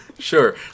Sure